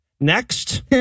Next